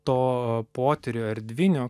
to potyrio erdvinio